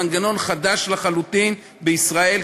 מנגנון חדש לחלוטין בישראל,